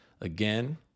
Again